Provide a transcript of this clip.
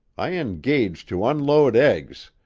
i engaged to unload eggs,